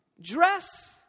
dress